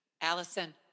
Allison